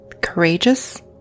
courageous